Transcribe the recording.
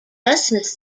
lessens